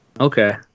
Okay